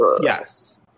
Yes